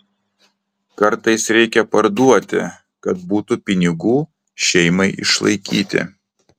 kartais reikia parduoti kad būtų pinigų šeimai išlaikyti